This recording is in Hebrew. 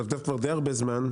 מדפדף כבר די הרבה זמן,